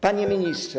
Panie Ministrze!